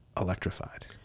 electrified